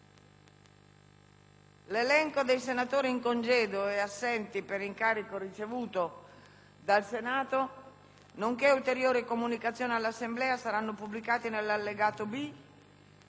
L'elenco dei senatori in congedo e assenti per incarico ricevuto dal Senato nonché ulteriori comunicazioni all'Assemblea saranno pubblicati nell'allegato B